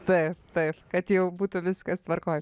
taip taip kad jau būtų viskas tvarkoj